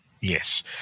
Yes